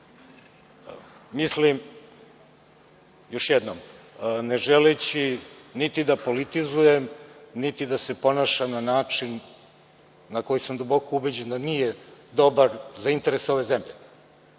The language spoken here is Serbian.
Mislim, još jednom, ne želeći niti da politizujem, niti da se ponašam na način na koji sam duboko ubeđen da nije dobar za interes ove zemlje,